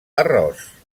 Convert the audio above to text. arròs